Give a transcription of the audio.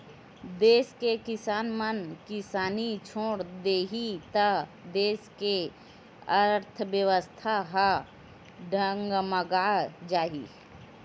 देस के किसान मन किसानी छोड़ देही त देस के अर्थबेवस्था ह डगमगा जाही